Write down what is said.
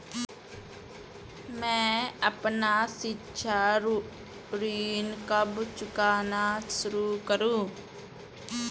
मैं अपना शिक्षा ऋण कब चुकाना शुरू करूँ?